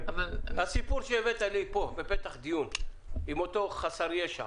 הסיפור שהבאת לי פה בפתח דיון עם אותו חסר ישע.